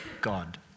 God